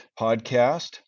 podcast